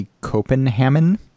Copenhagen